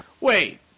Wait